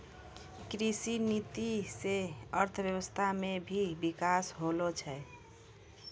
कृषि नीति से अर्थव्यबस्था मे भी बिकास होलो छै